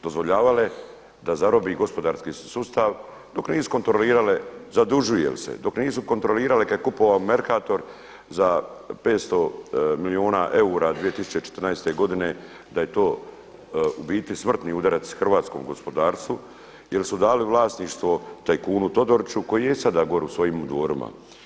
Dozvoljavale da zarobi gospodarski sustav dok nisu kontrolirale zadužuje li se, dok nisu kontrolirale kada je kupovao Merkator za 500 milijuna eura 2014. godine, da je to u biti smrtni udarac hrvatskom gospodarstvu jer su dali vlasništvo tajkunu Todoriću koji je i sada gore u svojim dvorima.